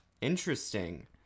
Interesting